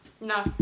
No